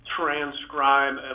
transcribe